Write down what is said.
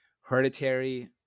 hereditary